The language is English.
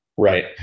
Right